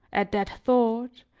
at that thought,